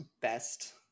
best